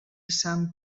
sant